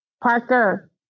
Parker